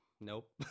Nope